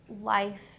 life